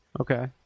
Okay